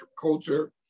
culture